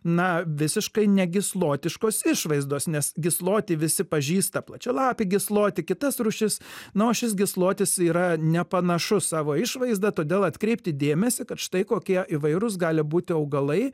na visiškai negyslotiškos išvaizdos nes gyslotį visi pažįsta plačialapį gyslotį kitas rūšis na o šis gyslotis yra nepanašus savo išvaizda todėl atkreipti dėmesį kad štai kokie įvairūs gali būti augalai